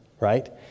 right